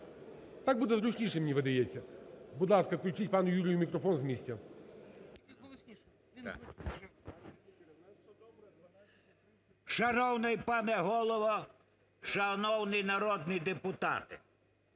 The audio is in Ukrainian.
Шановний пане Голово, шановні народні депутати!